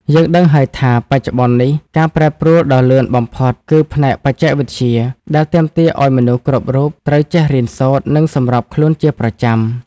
យើងដឹងហើយថាបច្ចុប្បន្ននេះ ការប្រែប្រួលដ៏លឿនបំផុតគឺផ្នែកបច្ចេកវិទ្យា ដែលទាមទារឱ្យមនុស្សគ្រប់រូបត្រូវចេះរៀនសូត្រ និងសម្របខ្លួនជាប្រចាំ។